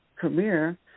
Career